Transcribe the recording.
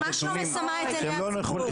שהם לא נכונים --- ממש לא מסמאת את עיני הציבור.